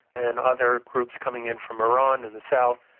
and other groups coming in from iran in the south,